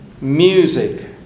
Music